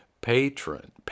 Patron